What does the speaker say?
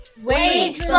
Wait